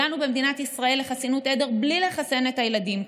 הגענו במדינת ישראל לחסינות עדר בלי לחסן את הילדים.